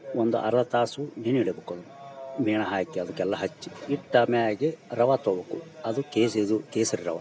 ಒಂದು ಅರ್ಧ ತಾಸು ನೆನಿಯಿಡಬೇಕು ಮೀನ ಹಾಕಿ ಅದಕೆಲ್ಲ ಹಚ್ಚಿ ಇಟ್ಟ ಮ್ಯಾಗೆ ರವಾ ತಗೊಬಕು ಅದಕ್ಕೇಸಿ ಇದು ಕೇಸರಿ ರವಾ